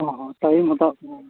ᱦᱮᱸ ᱦᱮᱸ ᱴᱟᱭᱤᱢ ᱦᱟᱛᱟᱣᱚᱜ